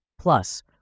Plus